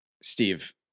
Steve